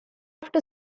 after